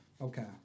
Okay